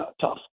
tough